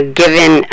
given